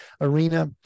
arena